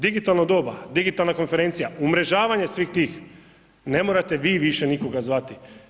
Digitalno doba, digitalna konferencija, umrežavanje svih tih, ne morate vi više nikoga zvati.